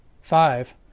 Five